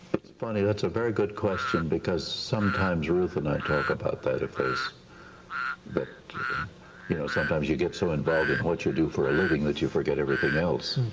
it's funny, that's a very good question because sometimes ruth and i talk about that, if there's you know sometimes you get so involved in what you do for a living that you forget everything else.